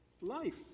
life